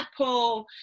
apple